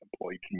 employee